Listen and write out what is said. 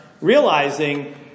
realizing